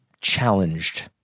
challenged